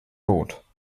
rot